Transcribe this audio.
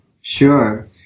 Sure